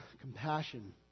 compassion